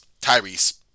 Tyrese